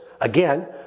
Again